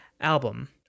album